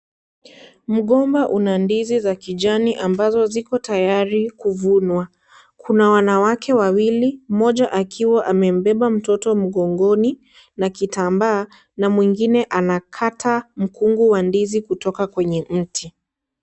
Mgomba una ndizi za kijani ambazo ziko tayari kuvunwa, kuna wanawake wawili mmoja akiwa amembeba mtoto mgongoni na kitambaa na mwingine anakata mkungu wa ndizi kutoka kwenye mti.